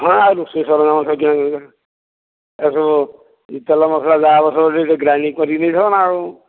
ହଁ ଆଉ ରୋଷଇ ସରଞ୍ଜାମ ଏସବୁ ତେଲ ମସଲା ଯାହା ହେବ ସବୁ ଟିକିଏ ଗ୍ରାଇଣ୍ଡିଂ କରିକି ନେଇଥିବା ନା ଆଉ